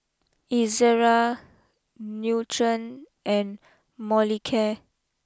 Ezerra Nutren and Molicare